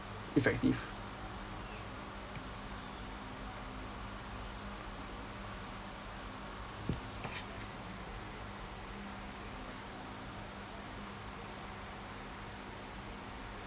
effective